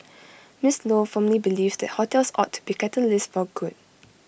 miss lo firmly believes that hotels ought to be catalysts for good